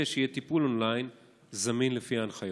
שיהיה טיפול און-ליין זמין על פי ההנחיות?